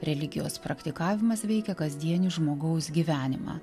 religijos praktikavimas veikia kasdienį žmogaus gyvenimą